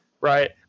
right